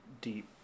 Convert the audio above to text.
deep